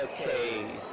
ah kane.